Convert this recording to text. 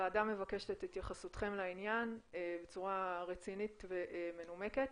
והוועדה מבקשת את התייחסותכם לעניין בצורה רצינית ומנומקת.